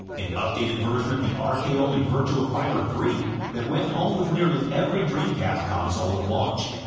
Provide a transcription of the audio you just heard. an updated version of the arcade-only virtua fighter three that went home with nearly every dreamcast console at launch.